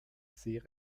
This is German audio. sehr